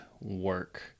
work